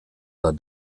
war